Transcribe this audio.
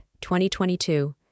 2022